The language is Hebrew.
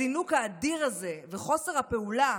הזינוק האדיר הזה וחוסר הפעולה,